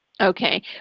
okay